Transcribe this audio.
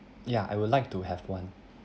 ya I would like to have one